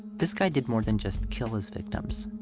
this guy did more than just kill his victims.